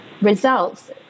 Results